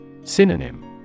Synonym